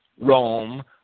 Rome